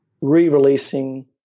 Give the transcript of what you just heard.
re-releasing